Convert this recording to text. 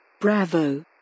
bravo